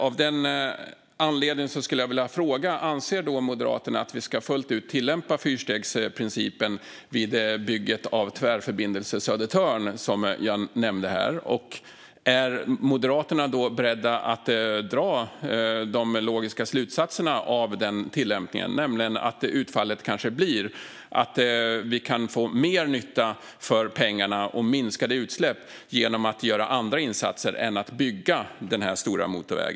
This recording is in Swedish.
Av den anledningen skulle jag vilja fråga: Anser då Moderaterna att vi fullt ut ska tillämpa fyrstegsprincipen vid bygget av Tvärförbindelse Södertörn, som jag nämnde här? Är Moderaterna i så fall beredda att dra de logiska slutsatserna av den tillämpningen, nämligen att utfallet kanske blir att vi kan få mer nytta för pengarna och minskade utsläpp genom att göra andra insatser än att bygga denna stora motorväg?